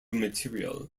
material